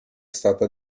stata